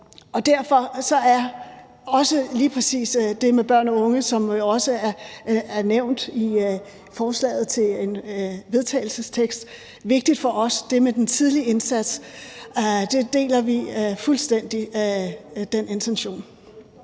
derfor er lige præcis det med børn og unge, som jo også er nævnt i forslaget til vedtagelse, vigtigt for os, nemlig det med den tidlige indsats. Vi deler fuldstændig den intention.